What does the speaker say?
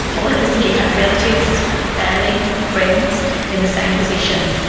all of us here have relatives family, friends in the same position,